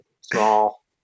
Small